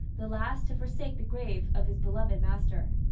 the last to forsake the grave of his beloved master.